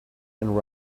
and